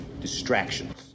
distractions